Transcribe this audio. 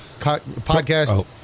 podcast